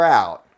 out